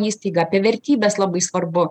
įstaigą apie vertybes labai svarbu